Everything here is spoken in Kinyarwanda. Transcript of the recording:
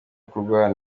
kurwara